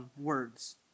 words